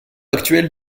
actuelle